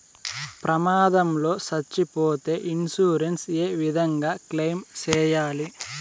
ప్రమాదం లో సచ్చిపోతే ఇన్సూరెన్సు ఏ విధంగా క్లెయిమ్ సేయాలి?